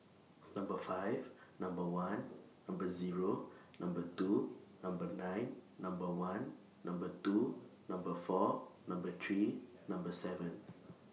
Number five Number one Number Zero Number two Number nine Number one Number two Number four Number three Number seven